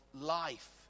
life